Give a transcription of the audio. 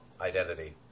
identity